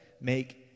make